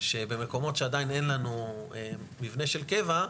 שבמקומות שעדיין אין לנו מבנה של קבע,